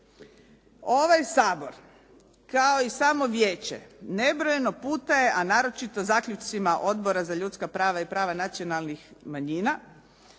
Ovaj Sabor kao i samo vijeće nebrojeno puta je, a naročito zaključcima Odbora za ljudska prava i prava nacionalnih manjina